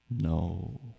No